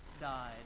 died